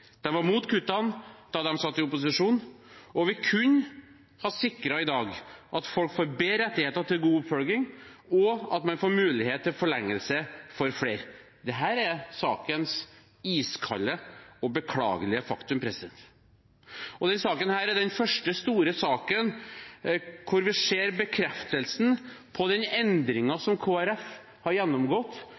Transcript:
var imot kuttene da de satt i opposisjon. Vi kunne i dag ha sikret at folk fikk bedre rettigheter til god oppfølging, og at man fikk mulighet til forlengelse for flere. Dette er sakens iskalde og beklagelige faktum. Denne saken er den første store saken der vi ser bekreftelsen på den endringen som Kristelig Folkeparti har gjennomgått